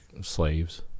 slaves